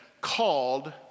called